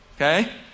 okay